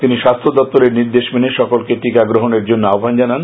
তিনি স্বাস্থ্য দপ্তরের নির্দেশ মেনে সকলকে টিকা গ্রহণের জন্য আহ্বান জানান